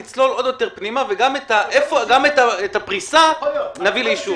נצלול עוד יותר פנימה, וגם את הפריסה נביא לאישור.